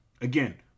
Again